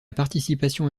participation